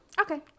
Okay